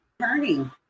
turning